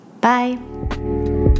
bye